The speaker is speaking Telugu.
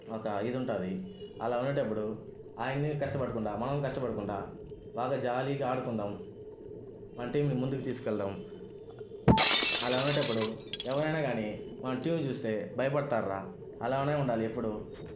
ఒక ఇది ఉంటుంది అలా ఉండేటప్పుడు ఆయనని కష్టపెట్టకుండా మనము కష్టపడకుండా బాగా జాలీగా ఆడుకుందాం మన టీంని ముందుకు తీసుకెళ్దాం అలా టప్పుడు ఎవరైనా కానీ మన టీంను చూస్తే భయపడతారా అలానే ఉండాలి ఎప్పుడూ